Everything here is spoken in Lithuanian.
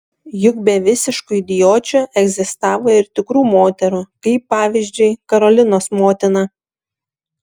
juk be visiškų idiočių egzistavo ir tikrų moterų kaip pavyzdžiui karolinos motina